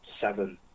seven